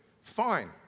fine